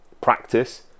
practice